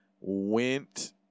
went